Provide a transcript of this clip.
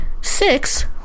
Six